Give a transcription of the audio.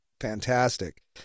fantastic